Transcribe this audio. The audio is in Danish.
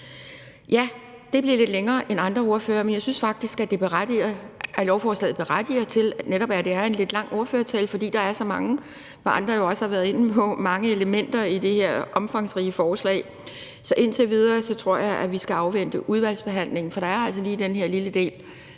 Ja, det blev lidt længere end andre ordføreres taler, men jeg synes faktisk, at lovforslaget berettiger til netop en lidt lang ordførertale, fordi der er så mange, hvad andre også har været inde på, elementer i det her omfangsrige forslag. Så indtil videre tror jeg, at vi skal afvente udvalgsbehandlingen, for der er altså lige den her lille del,